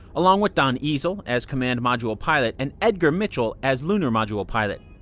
along with donn eisele as command module pilot and edgar mitchell as lunar module pilot.